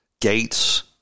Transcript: gates